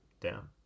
down